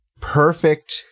perfect